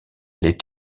les